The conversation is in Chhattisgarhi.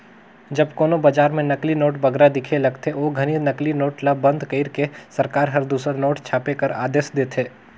जब कोनो बजार में नकली नोट बगरा दिखे लगथे, ओ घनी नकली नोट ल बंद कइर के सरकार हर दूसर नोट छापे कर आदेस देथे